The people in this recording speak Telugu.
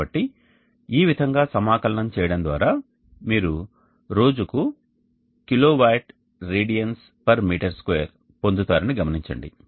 కాబట్టి ఈ విధంగా సమాకలనం చేయడం ద్వారా మీరు రోజుకు kW radiansm2 పొందుతారని గమనించండి